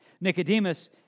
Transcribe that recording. Nicodemus